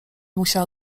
musiała